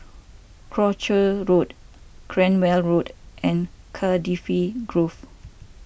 Croucher Road Cranwell Road and Cardifi Grove